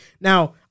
Now